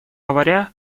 говоря